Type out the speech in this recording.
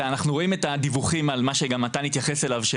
אנחנו רואים את הדיווחים על מה שגם מתן התייחס אליו.